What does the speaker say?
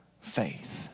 faith